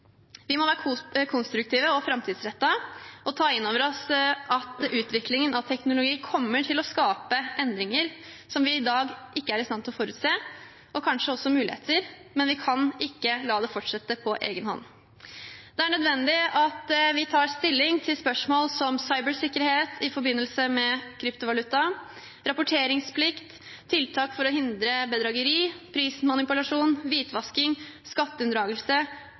Vi må være konstruktive og framtidsrettede og ta inn over oss at utviklingen av teknologi kommer til å skape endringer som vi i dag ikke er i stand til å forutse, og kanskje også muligheter, men vi kan ikke la det fortsette på egen hånd. Det er nødvendig at vi tar stilling til spørsmål som cybersikkerhet i forbindelse med kryptovaluta, rapporteringsplikt, tiltak for å hindre bedrageri, prismanipulasjon, hvitvasking, skatteunndragelse